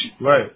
Right